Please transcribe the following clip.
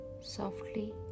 softly